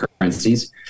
currencies